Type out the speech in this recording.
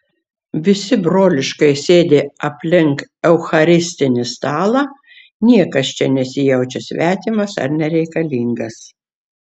visi broliškai sėdi aplink eucharistinį stalą niekas čia nesijaučia svetimas ar nereikalingas